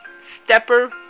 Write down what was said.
stepper